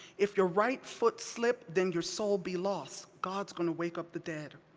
if your right foot slip, then your soul be lost, god's gonna wake up the dead.